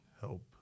help